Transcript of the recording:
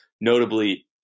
Notably